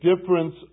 difference